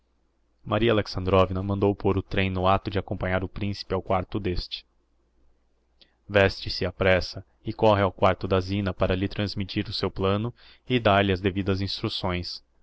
criado maria alexandrovna mandou pôr o trem no acto de acompanhar o principe ao quarto d'este veste-se á pressa e corre ao quarto da zina para lhe transmitir o seu plano e dar-lhe as devidas instrucções